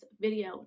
video